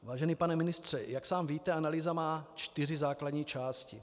Vážený pane ministře, jak sám víte, analýza má čtyři základní části.